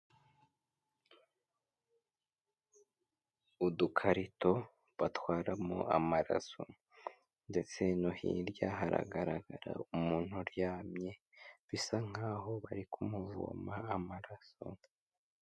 Udukarito batwaramo amaraso ndetse no hirya haragaragara umuntu uryamye bisa nkaho bari kumuvoma amaraso.